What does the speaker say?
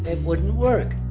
and wouldn't work.